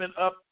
up